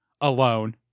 alone